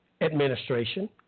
Administration